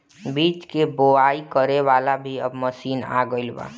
बीज के बोआई करे वाला भी अब मशीन आ गईल बा